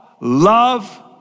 love